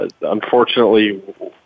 unfortunately